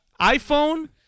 IPhone